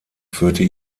führte